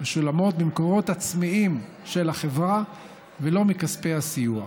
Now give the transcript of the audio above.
משולמים ממקורות עצמיים של החברה ולא מכספי הציבור.